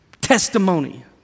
testimony